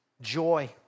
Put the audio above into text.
Joy